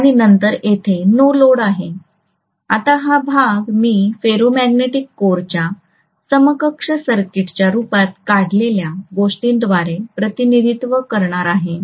आता हा भाग मी फेरोमॅग्नेटिक कोरच्या समकक्ष सर्किटच्या रूपात काढलेल्या गोष्टीद्वारे प्रतिनिधित्व करणार आहे